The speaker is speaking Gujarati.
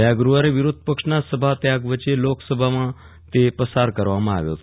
ગયા ગુરૂવારે વિરોધ પક્ષના સભા ત્યાગ વચ્ચે લોક સભામાં તે પસાર કરવામાં આવ્યો હતો